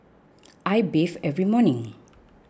I bathe every morning